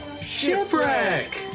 Shipwreck